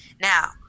Now